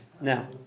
Now